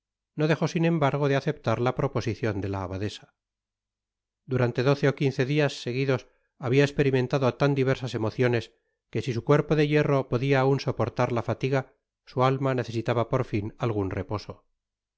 no dejó sin embargo de aceptar la proposicion de la abadesa durante doce ó quince dias seguidos habia esperimentado tan diversas emociones que si su cuerpo de hierro podia aun soportar la fatiga su alma necesitaba por fin algun reposo